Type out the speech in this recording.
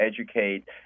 educate